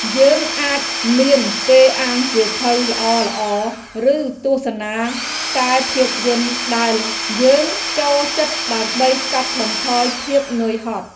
យើងអាចមានពេលអានសៀវភៅល្អៗ ឬទស្សនាខ្សែភាពយន្តដែលយើងចូលចិត្តដើម្បីកាត់បន្ថយភាពនឿយហត់។